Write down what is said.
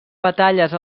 batalles